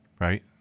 Right